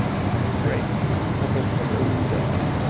great tupid go die